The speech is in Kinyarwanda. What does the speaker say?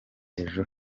ejo